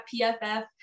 PFF